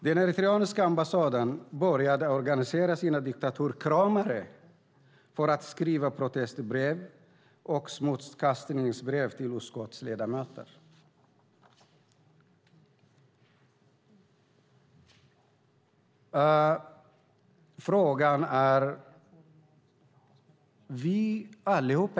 Den eritreanska ambassaden började organisera sina diktaturkramare för att skriva protestbrev och smutskastningsbrev till utskottsledamöter.